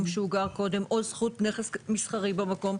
שהוא גר קודם או זכות נכס מסחרי במקום?